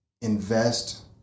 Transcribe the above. invest